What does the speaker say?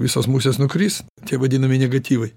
visos musės nukris tie vadinami negatyvai